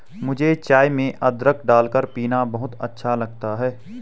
मुझे चाय में अदरक डालकर पीना बहुत अच्छा लगता है